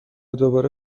دوباره